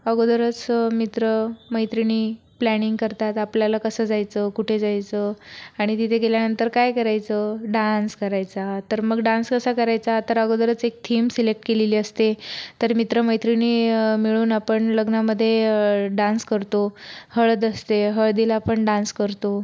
अगोदरच मित्रमैत्रिणी प्लॅनिंग करतात आपल्याला कसं जायचं कुठे जायचं आणि तिथे गेल्यानंतर काय करायचं डांस करायचा तर मग डांस कसा करायचा तर अगोदरच एक थीम सिलेक्ट केलेली असते तर मित्रमैत्रिणी मिळून आपण लग्नामध्ये डांस करतो हळद असते हळदीला पण डांस करतो